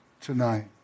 tonight